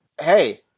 Hey